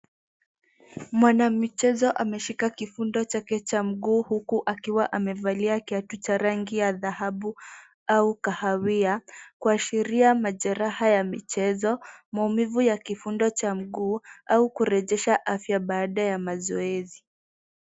Mwanamichezo ameshika kifundo chake cha mguu huku akiwa amevalia kiatu cha rangi ya dhahabu au kahawia kuashiria majeraha ya michezo, maumivu ya kifundo cha mguu au kurejesha afya baada ya mazoezi.